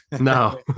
No